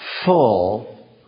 full